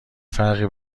فرقی